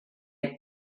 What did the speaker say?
had